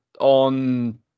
on